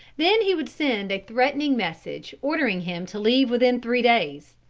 then he would send a threatening message ordering him to leave within three days.